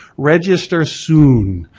register soon.